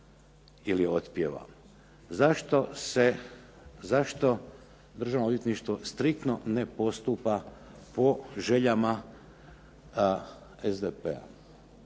ili otpjeva. Zašto državno odvjetništvo striktno ne postupa po željama SDP-a.